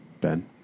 ben